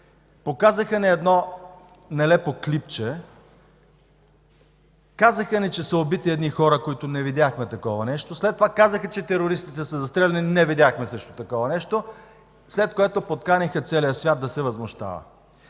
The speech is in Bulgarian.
Показаха ни едно нелепо клипче, казаха ни, че са убити едни хора – не видяхме, такова нещо; след това казаха, че терористите са застреляни, също не видяхме такова нещо; след което подканиха целия свят да се възмущава.